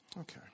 Okay